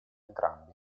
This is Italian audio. entrambi